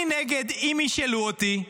אני נגד, אם ישאלו אותי.